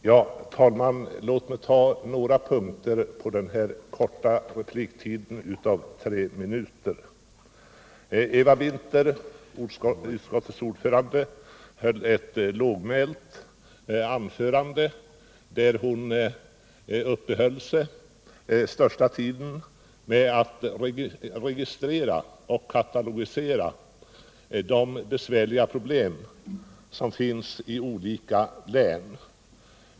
Herr talman! Låt mig ta upp några punkter under den här korta repliktiden på tre minuter. Eva Winther, utskottets ordförande, höll ett lågmält anförande och ägnade den största delen av tiden åt att registrera och katalogisera de besvärliga problem som finns i olika län.